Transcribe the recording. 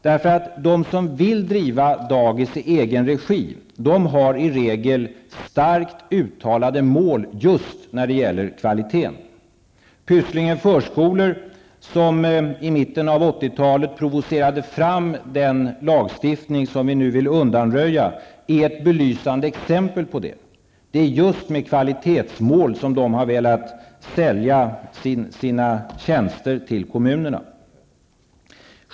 De som vill driva dagis i egen regi har i regel starkt uttalade mål just när det gäller kvaliteten. Pysslingen Förskolor AB, som i mitten av 80-talet provocerade fram den lagstiftning som vi nu vill undanröja, är ett belysande exempel i detta sammanhang. Det är just utifrån kvalitetsmålen som man har velat sälja sina tjänster till kommunerna.